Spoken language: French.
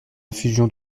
infusion